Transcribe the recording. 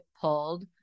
pulled